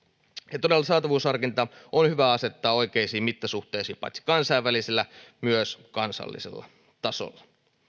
ja todella saatavuusharkinta on hyvä asettaa oikeisiin mittasuhteisiin paitsi kansainvälisellä myös kansallisella tasolla